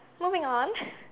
moving on